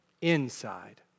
inside